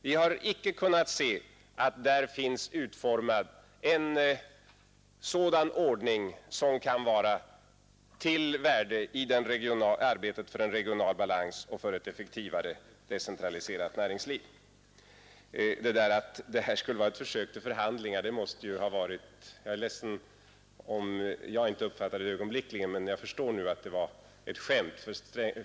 Vi har icke kunnat se att det finns utformad en ordning som kan vara till nytta i arbetet för en regional balans och för ett effektivare, decentraliserat näringsliv. Det som sades om att detta skulle vara ett försök till förhandlingar är jag ledsen att jag inte ögonblickligen uppfattade som ett skämt. Det förstår jag nu att det var.